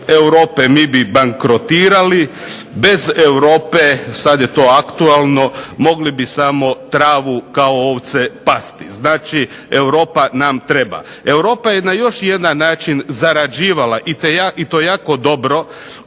mi bi bankrotirali. Bez Europe sad je to aktualno mogli bi samo travu kao ovce pasti. Znači, Europa nam treba. Europa je na još jedan način zarađivala i to jako dobro